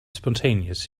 spontaneous